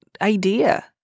idea